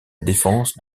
défense